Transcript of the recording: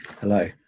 hello